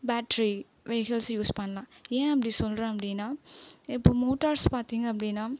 battery vehicles use பண்ணலாம் ஏன் அப்படி சொல்கிறேன் அப்படின்னா இப்போ மோட்டார்ஸ் பார்த்தீங்க அப்படின்னா